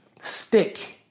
stick